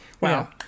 Wow